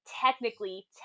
technically